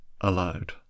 aloud